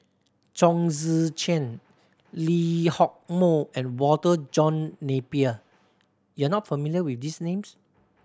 Chong Tze Chien Lee Hock Moh and Walter John Napier you are not familiar with these names